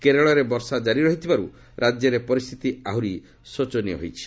କେରଳରେ ବର୍ଷା ଜାରି ରହିଥିବାରୁ ରାଜ୍ୟରେ ପରିସ୍ଥିତି ଆହୁରି ଶୋଚନୀୟ ହୋଇଛି